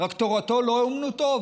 רק תורתו לא אומנותו,